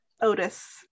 Otis